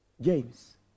James